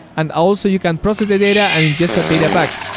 and also, you can process the data and ingest that data back.